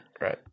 Right